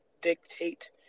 dictate